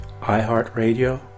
iHeartRadio